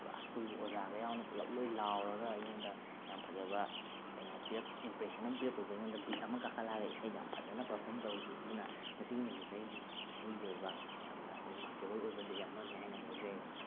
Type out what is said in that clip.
ꯄꯨꯔꯥ ꯁ꯭ꯀꯨꯜ ꯑꯣꯖꯥꯒ ꯌꯥꯎꯅ ꯄꯨꯂꯞ ꯂꯣꯏꯅ ꯂꯥꯎꯔꯒ ꯑꯩꯉꯣꯟꯗ ꯌꯥꯝ ꯐꯖꯕ ꯀꯩꯅꯣ ꯏꯝꯄ꯭ꯔꯦꯁꯟ ꯑꯃ ꯄꯤꯔꯛꯄꯗꯨꯗ ꯑꯩꯉꯣꯟꯗ ꯕꯤꯠ ꯑꯃ ꯀꯥꯈꯠꯂꯛꯑꯒ ꯏꯁꯩꯁꯦ ꯌꯥꯝ ꯐꯖꯅ ꯄꯔꯐꯣꯔꯝ ꯇꯧꯈꯤ ꯑꯗꯨꯅ ꯃꯁꯤꯒꯤ ꯅꯨꯃꯤꯠꯁꯦ ꯑꯩꯒꯤ ꯏꯁꯩꯒꯤ ꯑꯣꯏꯕ ꯌꯥꯝꯅ ꯔꯤꯃꯥꯔꯛꯀꯦꯕꯜ ꯑꯣꯏꯕ ꯗꯦ ꯑꯃꯅꯦ ꯍꯥꯏꯅ ꯂꯧꯖꯩꯑꯕ